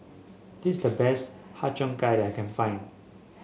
this is the best Har Cheong Gai that I can find